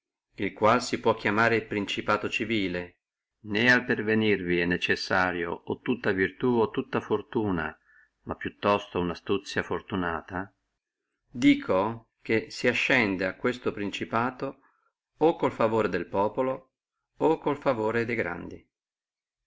quale si può chiamare principato civile né a pervenirvi è necessario o tutta virtù o tutta fortuna ma più presto una astuzia fortunata dico che si ascende a questo principato o con il favore del populo o con il favore de grandi